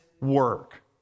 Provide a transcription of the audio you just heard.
work